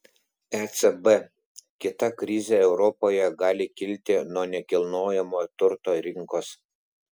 ecb kita krizė europoje gali kilti nuo nekilnojamojo turto rinkos